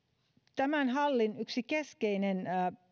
tämän mallin yksi keskeinen